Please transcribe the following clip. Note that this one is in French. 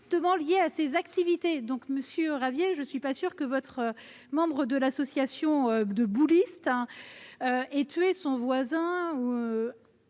liés à ses activités. Monsieur Ravier, je ne suis pas sûre que votre membre de l'association de boulistes, qui a tué son voisin,